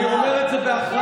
אני אומר את זה באחריות.